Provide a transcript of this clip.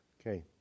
Okay